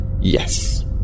Yes